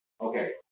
okay